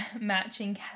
matching